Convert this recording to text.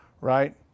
right